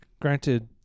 Granted